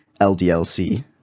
LDLC